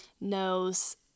knows